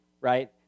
right